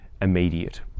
immediate